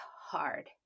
hard